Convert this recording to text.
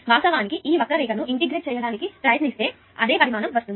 వాస్తవానికి ఈ వక్ర రేఖను ను ఇంటిగ్రేట్ చేయడానికి ప్రయత్నిస్తే అదే పరిమాణం వస్తుంది